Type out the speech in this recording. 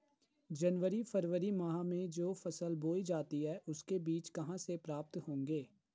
जनवरी फरवरी माह में जो फसल बोई जाती है उसके बीज कहाँ से प्राप्त होंगे?